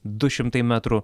du šimtai metrų